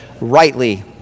rightly